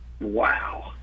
Wow